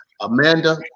Amanda